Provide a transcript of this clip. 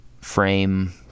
Frame